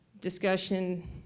discussion